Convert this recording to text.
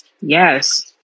Yes